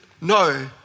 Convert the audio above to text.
no